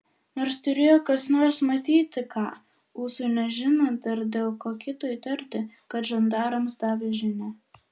nors turėjo kas nors matyti ką ūsui nežinant ar dėl ko kito įtarti kad žandarams davė žinią